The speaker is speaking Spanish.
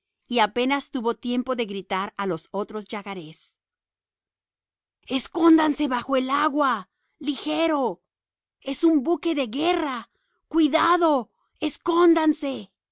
y apenas tuvo tiempo de gritar a los otros yacarés escóndanse bajo el agua ligero es un buque de guerra cuidado escóndanse